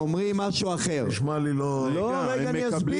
נשמע לי לא --- אני רוצה להסביר.